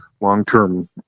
long-term